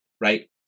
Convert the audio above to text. right